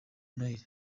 noheri